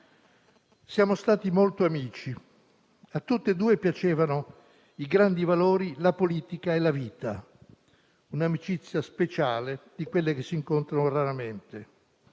Siamo stati molto amici: a tutte due piacevano i grandi valori, la politica e la vita. Un'amicizia speciale, di quelle che si incontrano raramente.